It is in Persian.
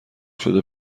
شده